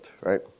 right